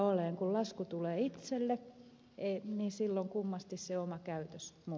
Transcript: kun lasku tulee itselle niin silloin kummasti se oma käytös